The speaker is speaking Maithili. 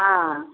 हँ